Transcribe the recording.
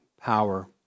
power